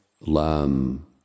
Lam